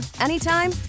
anytime